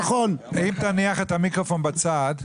אם תניח את המיקרופון בצד,